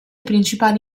principali